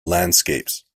landscapes